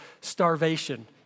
starvation